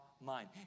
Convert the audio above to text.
mind